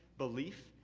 belief,